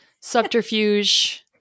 Subterfuge